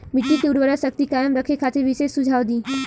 मिट्टी के उर्वरा शक्ति कायम रखे खातिर विशेष सुझाव दी?